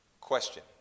Question